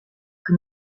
que